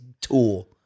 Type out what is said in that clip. tool